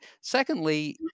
secondly